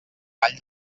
vall